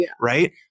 right